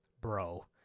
bro